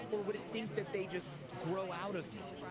or would it think that they just grow out of me?